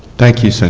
thank you. so